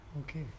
Okay